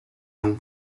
non